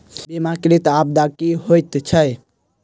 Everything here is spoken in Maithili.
बीमाकृत आपदा की होइत छैक?